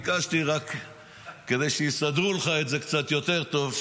ביקשתי שיסדרו לך את זה יותר טוב,